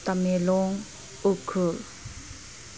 Tamenglong Ukhrul